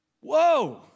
Whoa